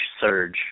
surge